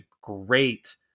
great